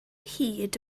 hyd